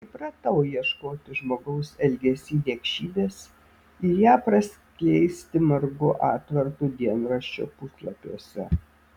įpratau ieškoti žmogaus elgesy niekšybės ir ją praskleisti margu atvartu dienraščio puslapiuose